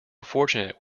fortunate